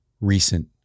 recent